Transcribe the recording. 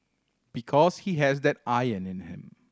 because he has that iron in him